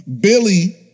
Billy